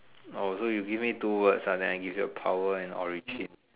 oh so you give me two words ah then I give you a power and origin